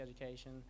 education